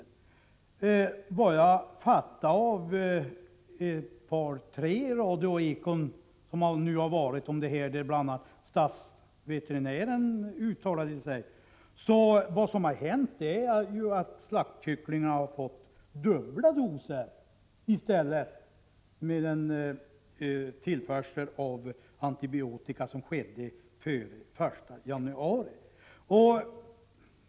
Såvitt jag har förstått av ett par tre inslag i den här frågan i Radioekot, där bl.a. statsveterinären har uttalat sig, har det nu förekommit att slaktkycklingar fått dubbla doser av antibiotika jämfört med vad som gällde före den 1 januari.